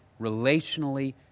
relationally